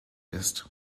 ist